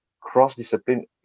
cross-discipline